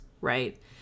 right